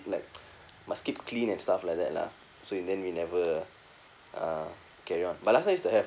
like must keep clean and stuff like that lah so in the end we never uh carry on but last time used to have